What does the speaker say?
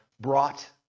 brought